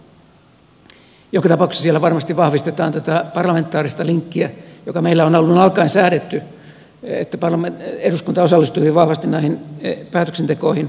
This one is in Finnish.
joka tapauksessa siellä varmasti vahvistetaan tätä parlamentaarista linkkiä joka meillä on alun alkaen säädetty että eduskunta osallistuu hyvin vahvasti näihin päätöksentekoihin